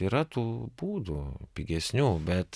yra tų būdų pigesnių bet